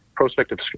prospective